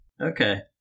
Okay